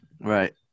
Right